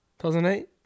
2008